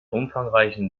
umfangreichen